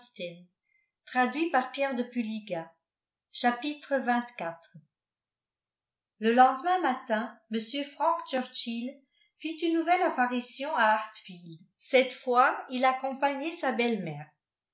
le lendemain matin m frank churchill fit une nouvelle apparition à hartfield cette fois il accompagnait sa belle-mère